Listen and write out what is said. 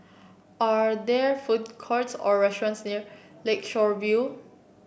are there food courts or restaurants near Lakeshore View